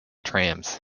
trams